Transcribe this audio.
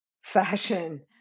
fashion